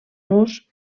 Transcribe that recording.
nus